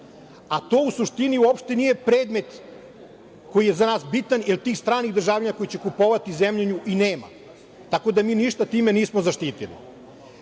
a to u suštini uopšte nije predmet koji je za nas bitan, jer tih stranih državljana koji će kupovati zemlju i nema. Tako da mi ništa time nismo zaštitili.